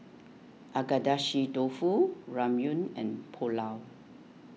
Agedashi Dofu Ramyeon and Pulao